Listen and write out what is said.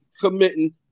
committing